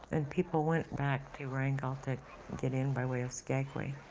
and people went back to wrangell to get in by way of skagway.